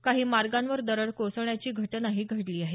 काही मार्गांवर दरड कोसळण्याची घटनाही घडली आहे